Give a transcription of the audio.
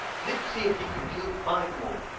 let us see if you can kill five more.